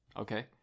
okay